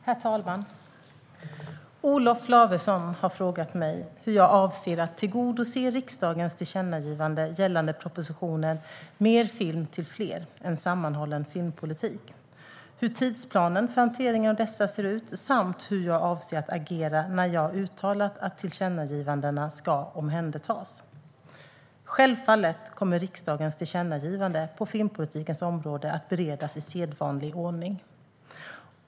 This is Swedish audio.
Herr talman! Olof Lavesson har frågat mig hur jag avser att tillgodose riksdagens tillkännagivanden gällande propositionen Mer film till fler - en sammanhållen filmpolitik , hur tidsplanen för hanteringen av dessa ser ut samt hur jag avser att agera då jag har uttalat att tillkännagivandena ska omhändertas. Självfallet kommer riksdagens tillkännagivanden på filmpolitikens område att beredas i sedvanlig ordning.